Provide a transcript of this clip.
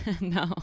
No